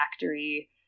factory